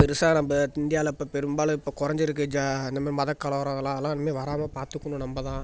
பெருசாக நம்ம இந்தியாவில இப்போ பெரும்பாலும் இப்போ குறஞ்சிருக்கு ஜ இந்த மாதிரி மத கலவரம் அதெலாம் அதெலாம் இநிமே வராமல் பார்த்துக்கணும் நம்ம தான்